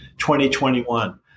2021